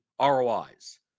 rois